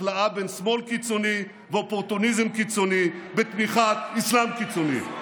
הכלאה בין שמאל קיצוני לאופורטוניזם קיצוני בתמיכת אסלאם קיצוני.